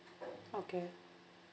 okay